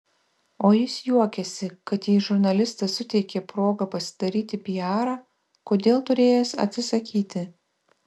o jis juokiasi kad jei žurnalistas suteikė progą pasidaryti piarą kodėl turėjęs atsisakyti